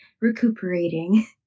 recuperating